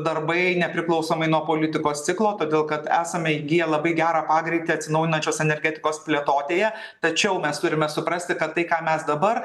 darbai nepriklausomai nuo politikos ciklo todėl kad esame įgiję labai gerą pagreitį atsinaujinančios energetikos plėtotėje tačiau mes turime suprasti kad tai ką mes dabar